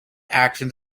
actions